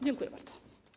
Dziękuję bardzo.